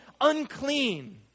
unclean